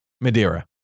Madeira